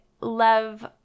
love